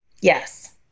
Yes